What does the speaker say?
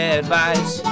advice